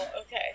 okay